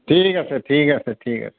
ঠিক আছে ঠিক আছে ঠিক আছে